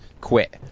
quit